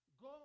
go